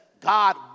God